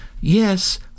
Yes